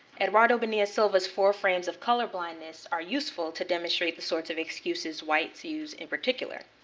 eduardo bonilla-silva's four frames of colorblindness are useful to demonstrate the sorts of excuses whites use in particular.